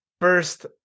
First